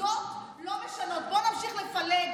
אין לה סמכות על העולם